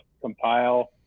compile